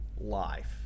life